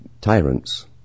tyrants